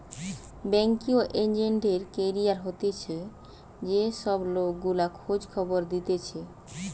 banking agent এর career হতিছে যে সব লোক গুলা খোঁজ খবর দিতেছে